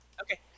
okay